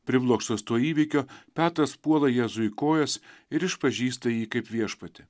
priblokštas to įvykio petras puola jėzui į kojas ir išpažįsta jį kaip viešpatį